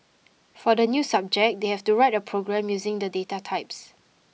for the new subject they have to write a program using the data types